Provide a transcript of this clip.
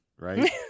right